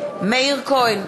מאיר כהן,